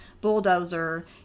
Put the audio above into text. bulldozer